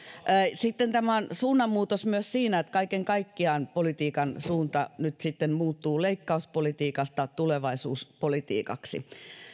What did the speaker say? sitten tämä on suunnanmuutos myös siinä että kaiken kaikkiaan politiikan suunta nyt sitten muuttuu leikkauspolitiikasta tulevaisuuspolitiikaksi